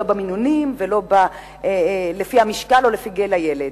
לא במינונים ולא לפי המשקל או גיל הילד.